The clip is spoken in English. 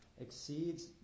exceeds